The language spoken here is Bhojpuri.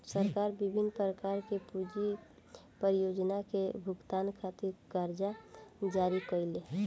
सरकार बिभिन्न प्रकार के पूंजी परियोजना के भुगतान खातिर करजा जारी करेले